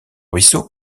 ruisseaux